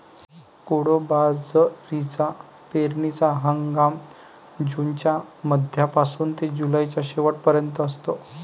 कोडो बाजरीचा पेरणीचा हंगाम जूनच्या मध्यापासून ते जुलैच्या शेवट पर्यंत असतो